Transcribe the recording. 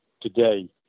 today